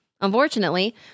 Unfortunately